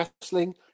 wrestling